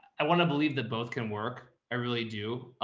i wanna believe that both can work. i really do.